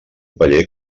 paller